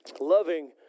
Loving